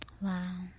Wow